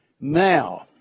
Now